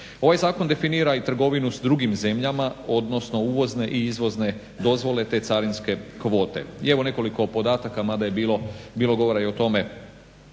Ovaj zakon definira i trgovinu s drugim zemljama, odnosno uvozne i izvozne dozvole te carinske kvote. I evo nekoliko podataka mada je bilo govora i o tome